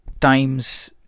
times